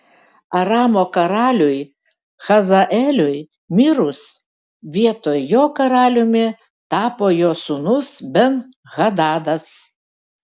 aramo karaliui hazaeliui mirus vietoj jo karaliumi tapo jo sūnus ben hadadas